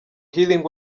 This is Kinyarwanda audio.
healing